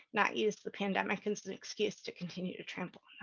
not use the pandemic as an excuse to continue to trample